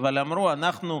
אבל אמרו: אנחנו,